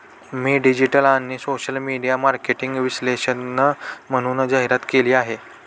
मी digital आणि social media marketing विशेषज्ञ म्हणून जाहिरात केली आहे